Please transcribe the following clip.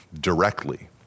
directly